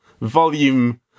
volume